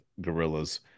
gorillas